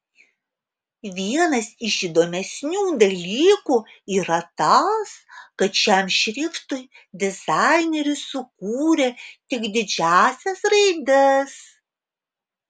vienas iš įdomesnių dalykų yra tas kad šiam šriftui dizaineris sukūrė tik didžiąsias raides